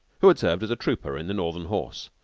who had served as a trooper in the northern horse,